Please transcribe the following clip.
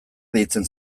deitzen